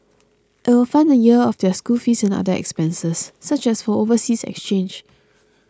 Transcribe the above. it will fund a year of their school fees and other expenses such as for overseas exchange